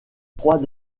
trois